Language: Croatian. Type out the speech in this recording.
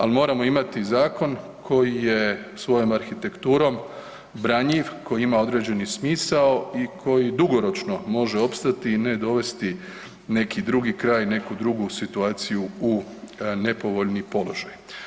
Ali moramo imati zakon koji je svojom arhitekturom branjiv, koji ima određeni smisao i koji dugoročno može opstati i ne dovesti neki drugi kraj, neku drugu situaciju u nepovoljni položaj.